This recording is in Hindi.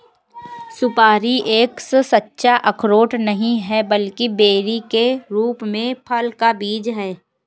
सुपारी एक सच्चा अखरोट नहीं है, बल्कि बेरी के रूप में फल का बीज है